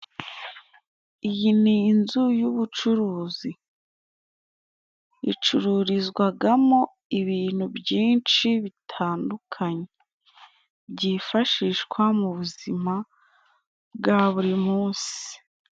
Iyi ni inzu y'ubucuruzi icururizwagamo ibintu byinshi bitandukanye byifashishwa mu buzima bwa buri munsi.